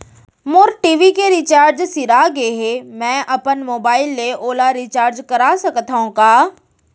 मोर TV के recharge सिरा गे हे, मैं अपन मोबाइल ले ओला रिचार्ज करा सकथव का?